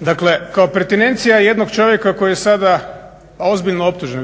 Dakle, kao pertinencija jednog čovjeka koji je sada ozbiljno optužen,